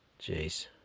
Jeez